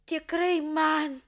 tikrai man